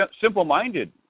simple-minded